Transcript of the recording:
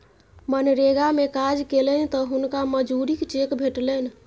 मनरेगा मे काज केलनि तँ हुनका मजूरीक चेक भेटलनि